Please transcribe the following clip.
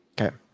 okay